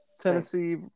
Tennessee